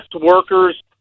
workers